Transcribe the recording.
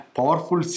Powerful